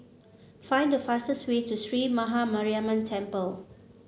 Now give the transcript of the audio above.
find the fastest way to Sree Maha Mariamman Temple